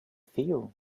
feel